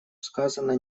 сказано